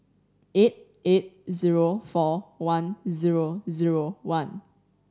eight eight zero four one zero zero one